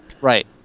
Right